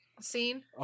scene